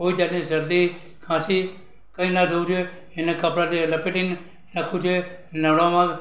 કોઈ જાતની શરદી ખાંસી કંઇ ના થવું જોઈએ એને કપડાંથી લપેટીને રાખવું જોઈએ નવડાવવામાં